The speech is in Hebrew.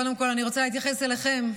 קודם כול אני רוצה להתייחס אליכם,